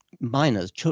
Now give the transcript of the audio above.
minors